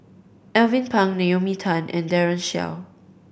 Alvin Pang Naomi Tan and Daren Shiau